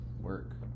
work